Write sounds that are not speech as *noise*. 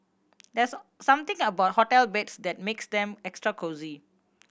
there's *unintelligible* something about hotel beds that makes them extra cosy